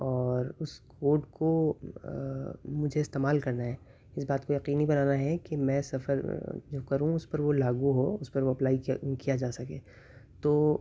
اور اس کوڈ کو مجھے استعمال کرنا ہے اس بات کو یقینی بنانا ہے کہ میں سفر جو کروں اس پر وہ لاگو ہو اس پر وہ اپلائی کیا کیا جا سکے تو